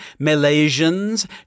Malaysians